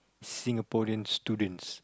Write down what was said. Singaporeans students